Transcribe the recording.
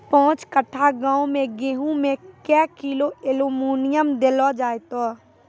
पाँच कट्ठा गांव मे गेहूँ मे क्या किलो एल्मुनियम देले जाय तो?